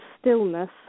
stillness